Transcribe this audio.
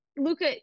Luca